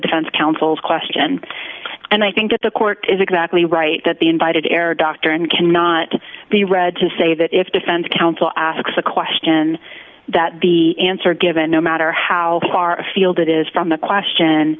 defense counsel's question and i think that the court is exactly right that the invited error doctrine cannot be read to say that if defense counsel asks a question that the answer given no matter how far afield it is from the question